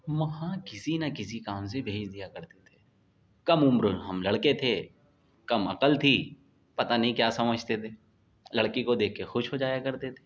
وہاں کسی نہ کسی کام سے بھیج دیا کرتے تھے کم عمر ہم لڑکے تھے کم عقل تھی پتہ نہیں کیا سمجھتے تھے لڑکی کو دیکھ کے خوش ہو جایا کرتے تھے